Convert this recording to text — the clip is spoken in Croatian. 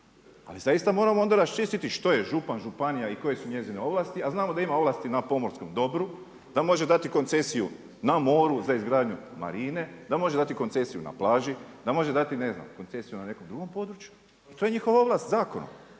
Ali zaista moramo onda raščistiti što je župan, županija i koje su njezine ovlasti a znamo da ima ovlasti na pomorskom dobru, da može dati koncesiju na moru, za izgradnju marine, da može dati koncesiju na plaži, da može dati ne znam, koncesiju na nekom drugom području. To je njihova ovlast zakonom.